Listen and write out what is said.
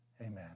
amen